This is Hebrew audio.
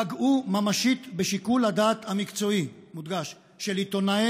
פגעו ממשית בשיקול הדעת המקצועי של עיתונאי